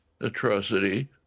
atrocity